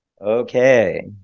Okay